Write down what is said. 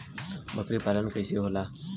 बकरी पालन कैसे होला?